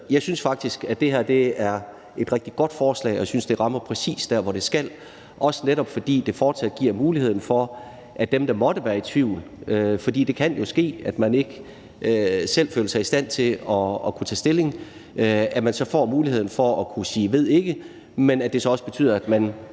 jeg synes faktisk, at det her er et rigtig godt forslag, og jeg synes, det rammer præcist der, hvor det skal, netop fordi det fortsat giver mulighed for, at dem, der måtte være i tvivl, for det kan jo ske, at man ikke selv føler sig i stand til at kunne tage stilling, kan sige »ved ikke«, men at det også betyder, at man